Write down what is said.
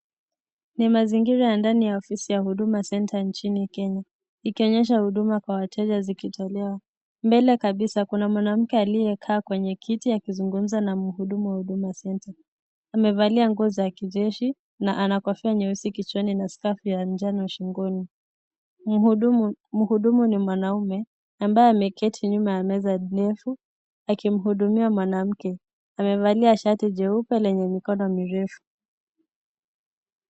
Ni mazingira ya ndani ya ofisi ya Huduma Centre nchini Kenya ikionyesha huduma kwa wateja zikitolewa. Mbele kabisa kuna mwanamke aliyekaa kwenye kiti akizingumza na mhudumu wa Huduma Centre. Amevalia nguo za kijeshi na ana kofia nyeusi kichwani na skafu ya njano shingoni. Mhudumu ni mwanaume ambaye ameketi nyuma ya meza ndefu akimhudumia mwanamke. Amevalia shati jeupe lenye mikono mirefu.